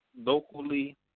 locally